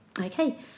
Okay